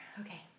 Okay